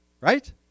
Right